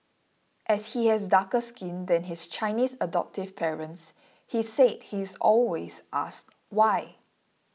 as he has darker skin than his Chinese adoptive parents he said he is always asked why